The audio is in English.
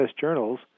journals